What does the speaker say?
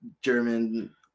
german